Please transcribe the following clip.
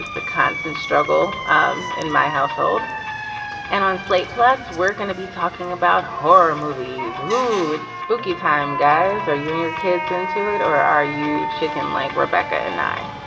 constant struggle um in my household and on slate plus we're going to be talking about horror movies movies with spooky time guys are you your kids into it or are you chicken like rebecca and i